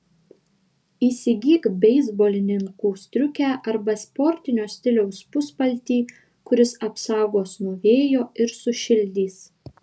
įsigyk beisbolininkų striukę arba sportinio stiliaus puspaltį kuris apsaugos nuo vėjo ir sušildys